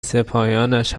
سپاهیانش